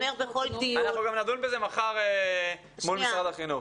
אנחנו גם נדון בזה מחר מול משרד החינוך.